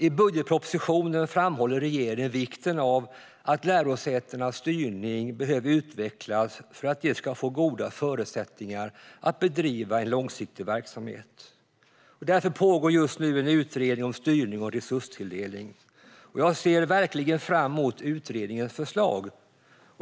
I budgetpropositionen framhåller regeringen vikten av att lärosätenas styrning behöver utvecklas för att de ska få goda förutsättningar att bedriva en långsiktig verksamhet. Därför pågår just nu en utredning om styrning och resurstilldelning. Jag ser verkligen fram mot utredningens förslag.